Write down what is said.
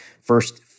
first